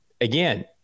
again